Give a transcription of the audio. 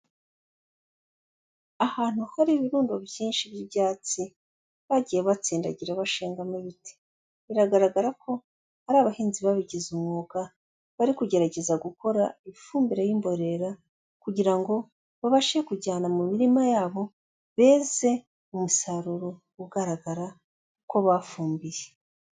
Ahantu hari ibirundo byinshi by'ibyatsi bagiye batsindagira bashingamo ibiti. Biragaragara ko ari abahinzi babigize umwuga bari kugerageza gukora ifumbire y'imborera kugira ngo babashe kujyana mu mirima yabo, beze umusaruro ugaragara ko bafumbiye.